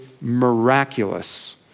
miraculous